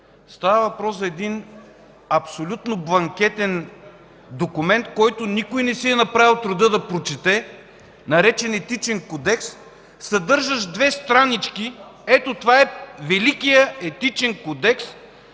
Става въпрос за един абсолютно бланкетен документ, който никой не си е направил труда да прочете, наречен Етичен кодекс, съдържащ 2 странички – ето това е великият Етичен кодекс,